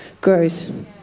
grows